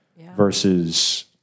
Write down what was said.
Versus